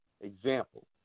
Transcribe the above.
Example